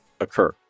occur